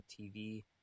TV